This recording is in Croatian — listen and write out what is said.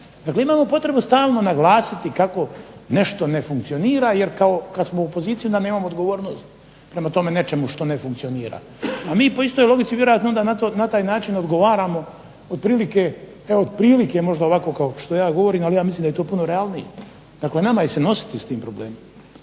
Dakle, imamo potrebu stalno naglasiti kako nešto ne funkcionira jer kao kad smo u opoziciji onda nemamo odgovornost prema tome nečemu što ne funkcionira. A mi po istoj logici vjerojatno onda na taj način odgovaramo otprilike, evo otprilike možda ovako kao što ja govorim, ali ja mislim da je to puno realnije. Dakle, nama je se nositi s tim problemom.